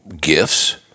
gifts